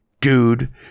Dude